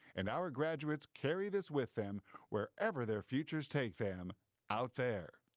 and our graduates carry this with them wherever their futures take them out there.